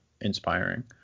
inspiring